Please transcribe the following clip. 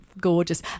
gorgeous